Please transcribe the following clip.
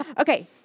Okay